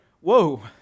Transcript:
Whoa